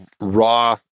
raw